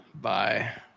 Bye